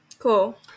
Cool